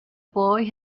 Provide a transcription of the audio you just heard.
boy